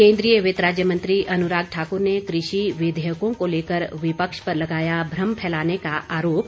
केन्द्रीय वित्त राज्य मंत्री अनुराग ठाकुर ने कृषि विधेयकों को लेकर विपक्ष पर लगाया भ्रम फैलाने का आरोप